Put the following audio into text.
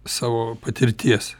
savo patirties